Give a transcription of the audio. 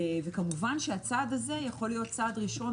כמובן שהצעד הזה יכול להיות צעד ראשון,